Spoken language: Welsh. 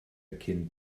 cyn